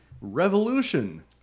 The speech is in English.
Revolution